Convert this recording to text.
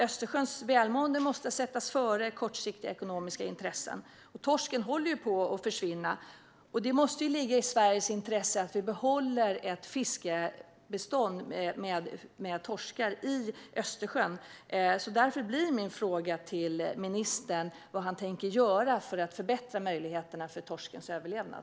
Östersjöns välmående måste sättas före kortsiktiga ekonomiska intressen. Torsken håller på att försvinna. Det måste ligga i Sveriges intresse att vi behåller ett fiskebestånd med torskar i Östersjön. Därför blir min fråga till ministern vad han tänker göra för att förbättra möjligheterna för torskens överlevnad.